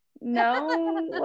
no